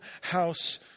house